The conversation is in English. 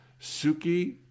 Suki